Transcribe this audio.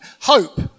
hope